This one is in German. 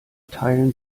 teilen